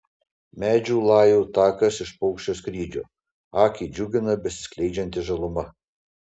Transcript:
medžių lajų takas iš paukščio skrydžio akį džiugina besiskleidžianti žaluma